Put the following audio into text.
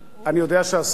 אני יודע שהשרה,